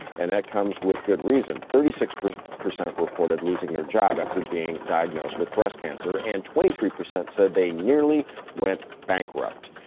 and that comes with good reason. thirty six percent reported losing their job after being diagnosed with breast cancer and twenty three percent said they nearly went bankrupt.